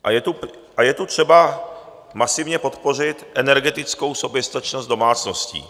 A je tu třeba masivně podpořit energetickou soběstačnost domácností.